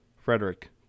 Frederick